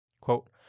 Quote